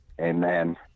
Amen